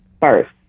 first